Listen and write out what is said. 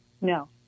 No